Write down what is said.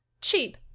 cheap